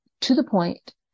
to-the-point